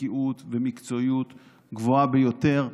בקיאות ומקצועיות גבוהה ביותר,